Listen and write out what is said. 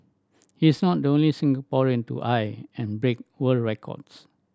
he is not the only Singaporean to eye and break world records